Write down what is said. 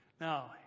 Now